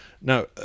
Now